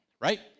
right